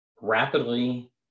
rapidly